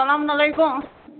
اسلامُ علیکُم